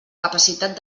capacitat